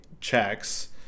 checks